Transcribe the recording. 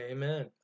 Amen